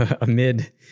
amid